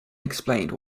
explained